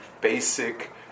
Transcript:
basic